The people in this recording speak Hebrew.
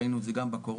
ראינו את זה גם בקורונה,